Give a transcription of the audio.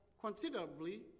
considerably